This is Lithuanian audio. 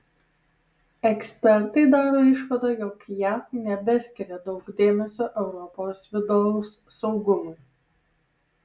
ekspertai daro išvadą jog jav nebeskiria daug dėmesio europos vidaus saugumui